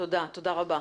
תודה רבה.